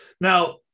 Now